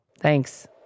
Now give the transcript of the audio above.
Thanks